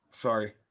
Sorry